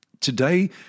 Today